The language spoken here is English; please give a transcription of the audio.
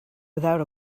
without